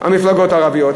המפלגות הערביות.